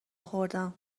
خوردم